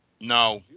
No